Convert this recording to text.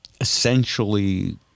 essentially